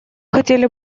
хотели